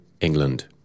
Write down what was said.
England